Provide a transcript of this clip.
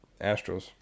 Astros